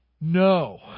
No